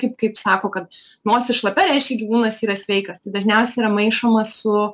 kaip kaip sako kad nosis šlapia reiškia gyvūnas yra sveikas tai dažniausiai yra maišoma su